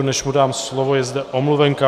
Než mu dám slovo, je zde omluvenka.